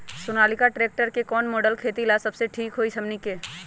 Sonalika tractor के कौन model खेती ला सबसे ठीक होई हमने की?